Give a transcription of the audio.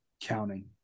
counting